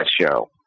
show